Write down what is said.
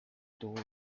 tuvo